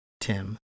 Tim